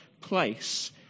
place